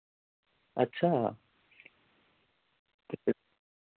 अच्छा